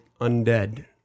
undead